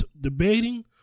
debating